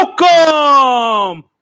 Welcome